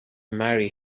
marry